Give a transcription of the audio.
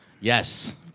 Yes